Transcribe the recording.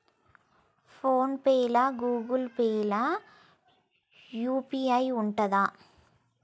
Phone pay లా Google Pay లా UPI ఉంటదా?